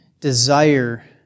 desire